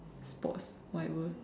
sports whatever